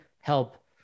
help